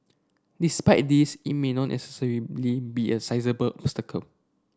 despite this it may not necessarily be a sizeable obstacle